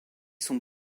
son